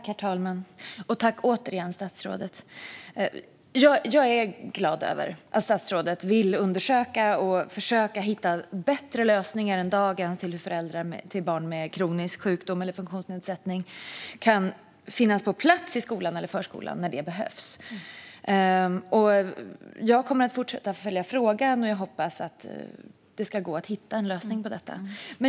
Herr talman! Tack, återigen, statsrådet! Jag är glad över att statsrådet vill undersöka och försöka hitta bättre lösningar än dagens till hur föräldrar till barn med kronisk sjukdom eller funktionsnedsättning kan finnas på plats i skolan eller förskolan när det behövs. Jag kommer att fortsätta följa frågan, och jag hoppas att det ska gå att hitta en lösning på detta.